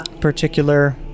Particular